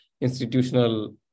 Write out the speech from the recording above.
institutional